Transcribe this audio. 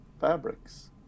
fabrics